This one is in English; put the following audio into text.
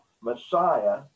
Messiah